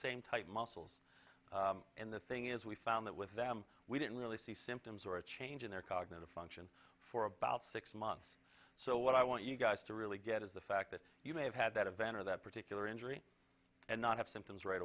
same type muscles and the thing is we found that with them we didn't really see symptoms or a change in their cognitive function for about six months so what i want you guys to really get is the fact that you may have had that event or that particular injury and not have symptoms right